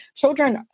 children